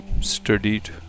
studied